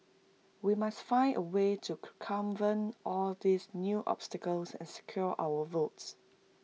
we must find A way to circumvent all these new obstacles and secure our votes